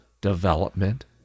development